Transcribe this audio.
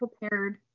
prepared